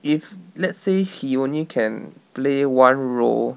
if let's say he only can play one role